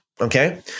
okay